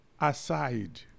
aside